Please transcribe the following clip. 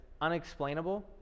unexplainable